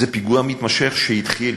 זה פיגוע מתמשך, שהתחיל